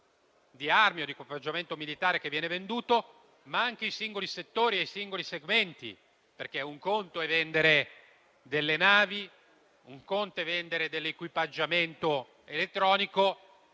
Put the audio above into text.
armi e dell'equipaggiamento militare che viene venduto, ma anche i singoli settori e i singoli segmenti. Un conto infatti è vendere navi; un conto è vendere equipaggiamento elettronico;